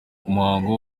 umuhango